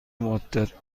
مدت